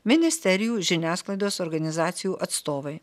ministerijų žiniasklaidos organizacijų atstovai